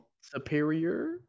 superior